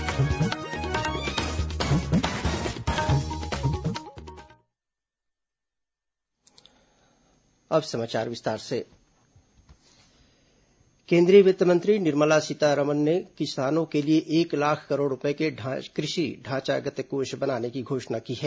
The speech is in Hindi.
वित्त मंत्री पत्रकारवार्ता केंद्रीय वित्त मंत्री निर्मला सीतारमण ने किसानों के लिए एक लाख करोड़ रूपये के कृषि ढांचागत कोष बनाने की घोषणा की है